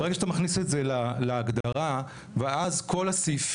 ברגע שאתה מכניס את זה להגדרה ואז כל הסעיפים